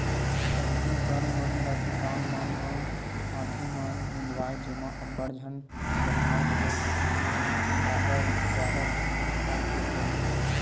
पहिली बन मन ल किसान मन ह हाथे म निंदवाए जेमा अब्बड़ झन बनिहार घलोक लागय जादा के खेत खार के होय म